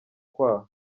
kwaha